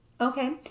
Okay